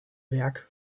werk